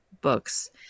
Books